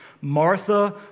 Martha